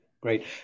Great